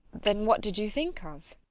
then what did you think of?